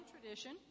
tradition